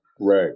right